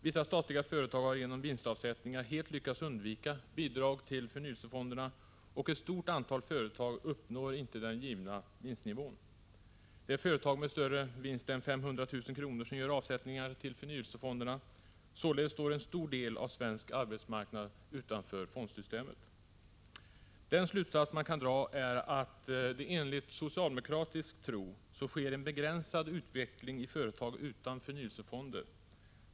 Vissa statliga företag har genom vinstavsättningar helt lyckats undvika bidrag till förnyelsefonderna, och ett stort antal företag uppnår inte den givna vinstnivån. Det är företag med större vinst än 500 000 kr. som gör avsättningar till förnyelsefonderna. Således står en stor del av svensk arbetsmarknad utanför fondsystemet. Den slutsats man kan dra är att det enligt socialdemokratisk tro sker en begränsad utveckling i företag utan förnyelsefonder.